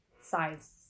size